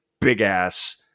big-ass